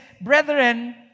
Brethren